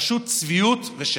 פשוט צביעות ושקר.